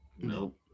Nope